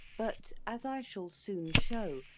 but, as i shall soon shew,